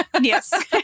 yes